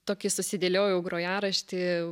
tokį susidėliojau grojaraštį